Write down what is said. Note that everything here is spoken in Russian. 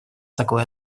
такой